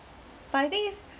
but I think